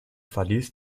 verlies